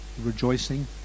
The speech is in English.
rejoicing